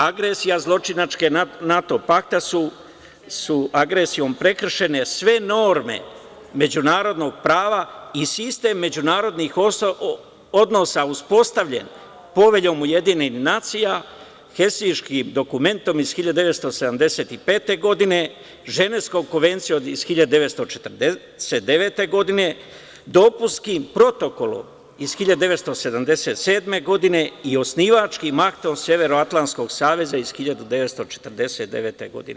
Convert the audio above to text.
Agresijom zločinačkog NATO pakta prekršene su sve norme međunarodnog prava i sistem međunarodnih odnosa uspostavljen Poveljom UN, Helsinškim dokumentom iz 1975. godine, Ženevskom konvencijom iz 1949. godine, Dopunskim protokolom iz 1977. godine i Osnivačkim aktom Severnoatlantskog saveza iz 1949. godine.